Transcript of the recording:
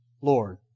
Lord